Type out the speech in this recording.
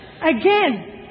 again